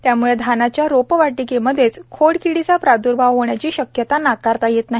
त्यामुळे धानाच्या रोपवाटिकेमध्येच खोडकिडीचा प्रादुर्भाव होण्याची शक्यता नाकारता येत नाही